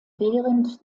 während